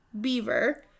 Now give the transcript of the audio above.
Beaver